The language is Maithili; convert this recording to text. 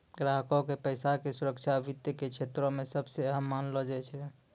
ग्राहको के पैसा के सुरक्षा वित्त के क्षेत्रो मे सभ से अहम मानलो जाय छै